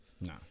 No